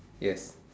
yes